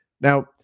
Now